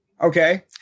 Okay